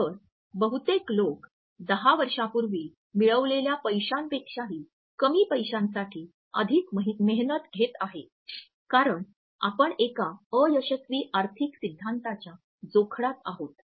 तर बहुतेक लोक 10 वर्षांपूर्वी मिळवलेल्या पैशांपेक्षाही कमी पैशांसाठी अधिक मेहनत घेत आहेत कारण आपण एका अयशस्वी आर्थिक सिद्धांताच्या जोखडात आहोत